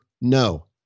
no